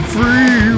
Free